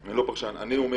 אני לא פרשן, אני אומר